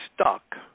stuck